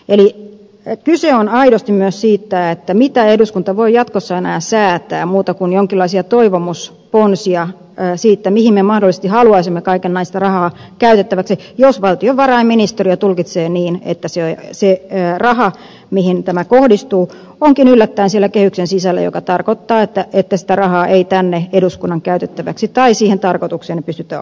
eli kyse on aidosti myös siitä mitä eduskunta voi jatkossa enää säätää muuta kuin jonkinlaisia toivomusponsia siitä mihin me mahdollisesti haluaisimme kaikenlaista rahaa käytettäväksi jos valtiovarainministeriö tulkitsee niin että se raha mihin tämä kohdistuu onkin yllättäen siellä kehyksen sisällä mikä tarkoittaa että sitä rahaa ei tänne eduskunnan käytettäväksi tai siihen tarkoitukseen pystytä osoittamaan